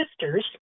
sisters